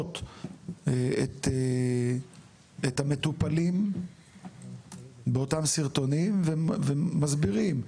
את המטופלים באותם סרטונים ומסבירים,